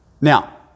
Now